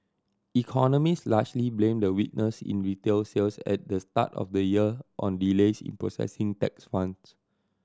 economist largely blame the weakness in retail sales at the start of the year on delays in processing tax funds